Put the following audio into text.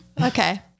Okay